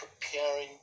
preparing